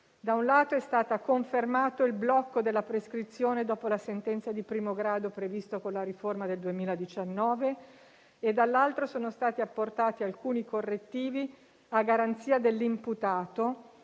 Da un lato, è stato confermato il blocco della prescrizione dopo la sentenza di primo grado previsto con la riforma del 2019 e, dall'altro, sono stati apportati alcuni correttivi a garanzia dell'imputato,